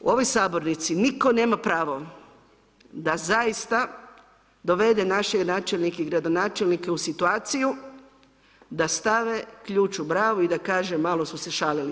U ovoj sabornici nitko nema pravo da zaista dovede naše načelnike i gradonačelnike u situaciju da stave ključ u bravu i da kaže malo su se šalili.